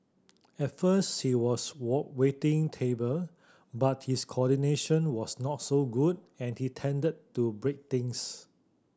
at first he was wall waiting table but his coordination was not so good and he tended to break things